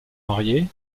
mariés